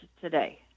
today